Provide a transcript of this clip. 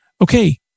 Okay